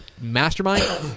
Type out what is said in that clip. mastermind